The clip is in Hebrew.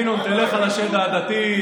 הינה, תלך על השד העדתי.